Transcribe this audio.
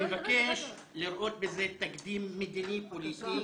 אנחנו עכשיו מתעסקים במכללת וינגייט.